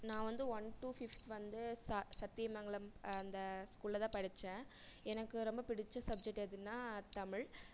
நான் வந்து one two fifth வந்து சத்தியமங்கலம் இந்த ஸ்கூலில்தான் படித்தேன் எனக்கு ரொம்ப பிடித்த சப்ஜெக்ட் எதுனால் தமிழ்